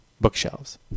bookshelves